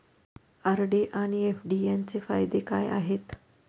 RD आणि FD यांचे फायदे काय आहेत?